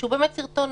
שהוא באמת סרטון